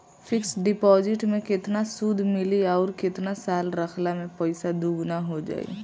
Fix deposit मे केतना सूद मिली आउर केतना साल रखला मे पैसा दोगुना हो जायी?